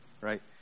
right